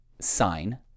sign